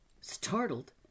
startled